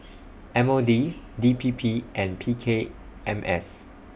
M O D D P P and P K M S